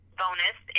bonus